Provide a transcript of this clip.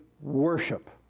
worship